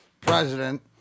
president